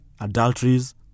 adulteries